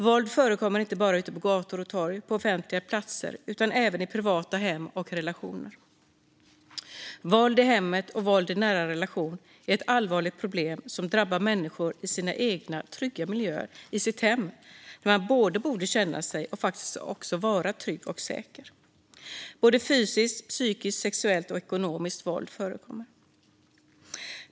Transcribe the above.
Våld förekommer inte bara ute på gator och torg, på offentliga platser, utan även i privata hem och relationer. Våld i hemmet och våld i nära relationer är ett allvarligt problem som drabbar människor i deras egna trygga miljöer, i deras hem, där man borde både känna sig och faktiskt också vara trygg och säker. Både fysiskt, psykiskt, sexuellt och ekonomiskt våld förekommer.